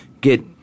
get